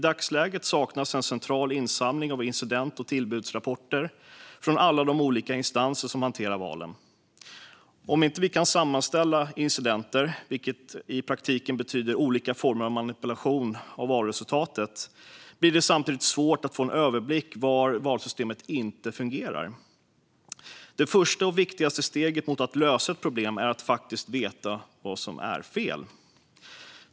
I dagsläget saknas en central insamling av incident och tillbudsrapporter från alla de olika instanser som hanterar valen. Om vi inte kan sammanställa incidenter, vilket i praktiken betyder olika former av manipulation av valresultatet, blir det samtidigt svårt att få en överblick över var valsystemet inte fungerar. Det första och viktigaste steget mot att lösa ett problem är att faktiskt veta vad som är fel.